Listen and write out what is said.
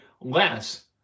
less